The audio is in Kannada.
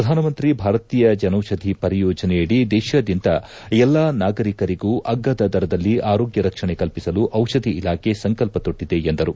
ಪ್ರಧಾನಮಂತ್ರಿ ಭಾರತೀಯ ಜನೌಷಧಿ ಪರಿಯೋಜನೆಯಡಿ ದೇಶಾದ್ದಂತ ಎಲ್ಲಾ ನಾಗರಿಕರಿಗೂ ಅಗ್ಗದ ದರದಲ್ಲಿ ಆರೋಗ್ಲ ರಕ್ಷಣೆ ಕಲ್ಪಿಸಲು ಔಷಧಿ ಇಲಾಖೆ ಸಂಕಲ್ಪ ತೊಟ್ಟದೆ ಎಂದರು